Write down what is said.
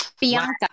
Bianca